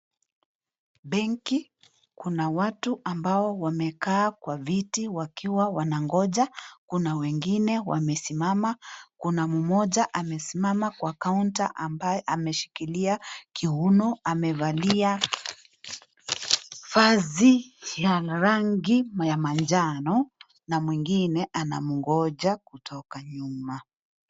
Benki, kuna watu ambao wamekaa kwa viti wakiwa wanangoja. Kuna wengine wamesimama. Kuna mmoja amesima kwa counter ambaye ameshikilia kiuno. Amevalia vazi ya rangi ya manjano na mwingine anamgonja kutoka nyuma.